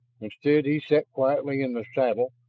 instead, he sat quietly in the saddle,